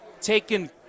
taken